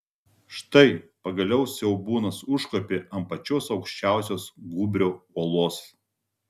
štai pagaliau siaubūnas užkopė ant pačios aukščiausios gūbrio uolos